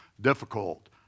difficult